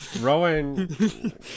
rowan